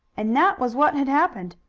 and that was what had happened.